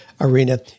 arena